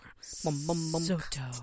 Soto